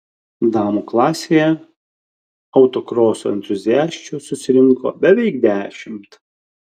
damų klasėje autokroso entuziasčių susirinko beveik dešimt